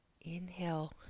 Inhale